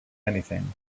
anything